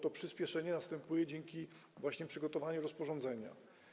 To przyspieszenie następuje dzięki przygotowaniu rozporządzenia.